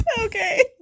okay